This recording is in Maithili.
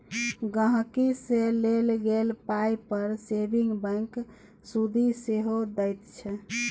गांहिकी सँ लेल गेल पाइ पर सेबिंग बैंक सुदि सेहो दैत छै